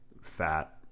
fat